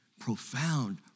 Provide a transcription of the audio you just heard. Profound